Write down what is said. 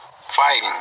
fighting